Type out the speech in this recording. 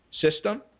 System